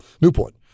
Newport